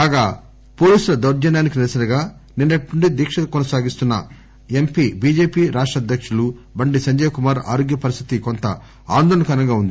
కాగా పోలీసుల దౌర్షన్యానికి నిరసనగా నిన్నటినుండి దీక్ష కొనసాగిస్తున్న ఎంపీ బిజెపి రాష్ట అధ్యక్షులు బండి సంజయ్ కుమార్ ఆరోగ్య పరిస్థితి కొంత ఆందోళన కరంగా ఉంది